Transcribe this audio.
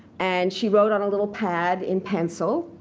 and she wrote on a little pad and pencil